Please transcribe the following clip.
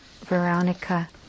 Veronica